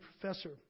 professor